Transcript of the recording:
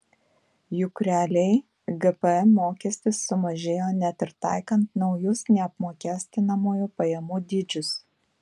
juk realiai gpm mokestis sumažėjo net ir taikant naujus neapmokestinamųjų pajamų dydžius